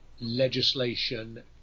legislation